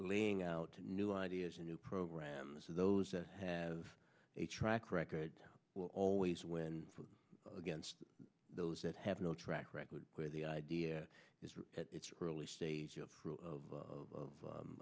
laying out new ideas and new programs those that have a track record will always win against those that have no track record where the idea is at its early stage of of